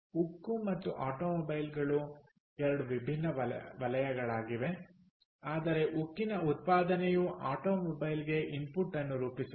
ಉಕ್ಕು ಮತ್ತು ಆಟೋಮೊಬೈಲ್ಗಳು ಎರಡು ವಿಭಿನ್ನ ವಲಯಗಳಾಗಿವೆ ಆದರೆ ಉಕ್ಕಿನ ಉತ್ಪಾದನೆಯು ಆಟೋಮೊಬೈಲ್ಗೆ ಇನ್ಪುಟ್ ಅನ್ನು ರೂಪಿಸುತ್ತದೆ